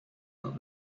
about